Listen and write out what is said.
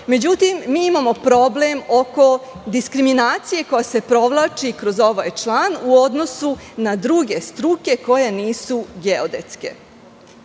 Međutim, imamo problem oko diskriminacije koja se provlači kroz ovaj član u odnosu na druge struke koje nisu geodetske. Naime,